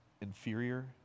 inferior